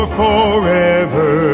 forever